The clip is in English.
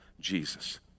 Jesus